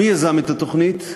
מי יזם את התוכנית?